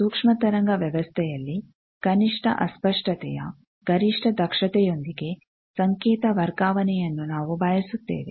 ಸೂಕ್ಷ್ಮ ತರಂಗ ವ್ಯವಸ್ಥೆಯಲ್ಲಿ ಕನಿಷ್ಠ ಅಸ್ಪಷ್ಟತೆಯ ಗರಿಷ್ಠ ದಕ್ಷತೆಯೊಂದಿಗೆ ಸಂಕೇತ ವರ್ಗಾವಣೆಯನ್ನು ನಾವು ಬಯಸುತ್ತೇವೆ